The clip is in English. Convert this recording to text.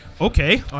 Okay